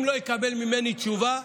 אם לא יקבל ממני תשובה,